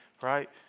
Right